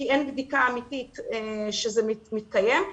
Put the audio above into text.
כי אין בדיקה אמתית שזה מתקיים,